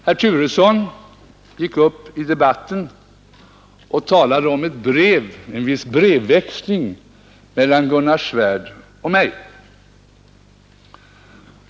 Herr Turesson talade om en viss brevväxling mellan Gunnar Svärd och mig.